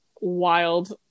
wild